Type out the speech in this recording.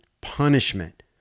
punishment